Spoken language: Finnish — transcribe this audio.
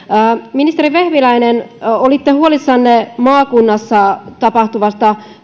ministeri vehviläinen olitte huolissanne maakunnassa tapahtuvasta